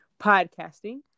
podcasting